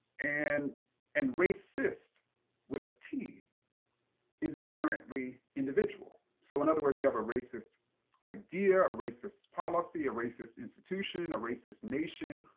and and racist with a t is inherently individual. so in other words, you have a racist idea a racist policy, a racist institution, a racist nation,